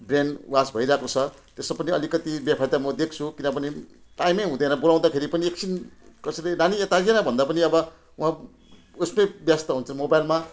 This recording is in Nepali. ब्रेन वास भइरहेको छ त्यो सब पनि अलिकति बेफाइदा म देख्छु किनभने टाइमै हुँदैन बोलाउँदाखेरि पनि एकछिन कसैले नानी यता आइजा न भन्दा पनि अब म उस्तै व्यस्त हुन्छ मोबाइलमा